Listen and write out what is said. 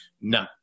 No